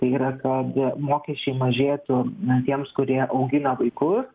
tai yra kad mokesčiai mažėtų tiems kurie augina vaikus